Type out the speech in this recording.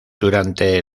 durante